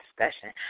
discussion